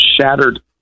shattered